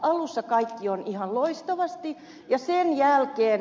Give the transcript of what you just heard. alussa kaikki on ihan loistavasti ja sen jälkeen